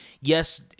yes